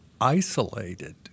isolated